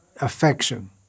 affection